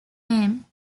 name